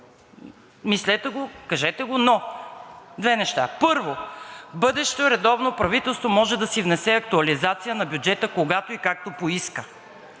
Мислете го, кажете го, но две неща. Първо, бъдещо редовно правителство може да си внесе актуализация на бюджета, когато и както поиска.